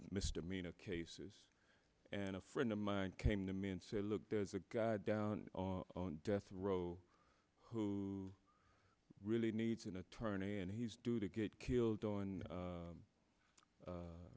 misdemeanor cases and a friend of mine came to me and said look there's a guy down on death row who really needs an attorney and he's due to get killed on